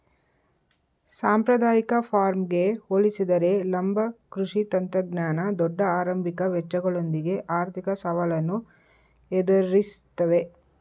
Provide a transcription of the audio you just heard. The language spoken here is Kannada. ಸಾಂಪ್ರದಾಯಿಕ ಫಾರ್ಮ್ಗೆ ಹೋಲಿಸಿದರೆ ಲಂಬ ಕೃಷಿ ತಂತ್ರಜ್ಞಾನ ದೊಡ್ಡ ಆರಂಭಿಕ ವೆಚ್ಚಗಳೊಂದಿಗೆ ಆರ್ಥಿಕ ಸವಾಲನ್ನು ಎದುರಿಸ್ತವೆ